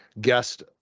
guest